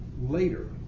later